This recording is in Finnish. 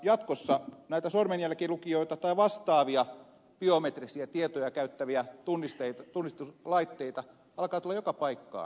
jatkossa näitä sormenjälkilukijoita tai vastaavia biometrisiä tietoja käyttäviä tunnistuslaitteita alkaa tulla joka paikkaan kuten oviin